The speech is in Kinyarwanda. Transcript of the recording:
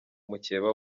mukeba